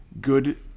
good